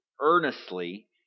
earnestly